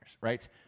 right